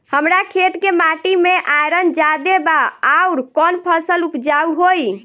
हमरा खेत के माटी मे आयरन जादे बा आउर कौन फसल उपजाऊ होइ?